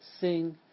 Sing